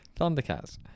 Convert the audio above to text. Thundercats